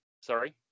sorry